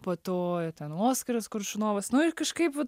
po to ten oskaras koršunovas nu kažkaip